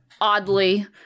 oddly